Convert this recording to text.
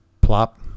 Plop